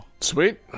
sweet